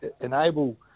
enable